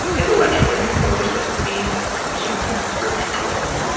intellectually i know this doesn't mean i'm some kind of bridge troll,